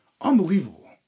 Unbelievable